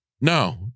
No